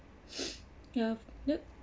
ya yup